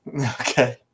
Okay